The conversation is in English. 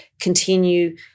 continue